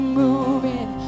moving